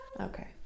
Okay